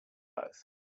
both